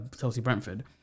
Chelsea-Brentford